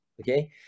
Okay